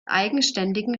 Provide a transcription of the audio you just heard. eigenständigen